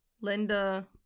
Linda